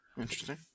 interesting